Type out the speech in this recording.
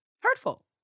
hurtful